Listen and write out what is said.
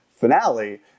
finale